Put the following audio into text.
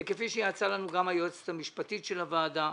כפי שיעצה לנו גם היועצת המשפטית של הוועדה,